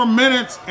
minutes